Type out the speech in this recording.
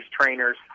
trainers